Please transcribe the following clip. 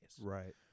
Right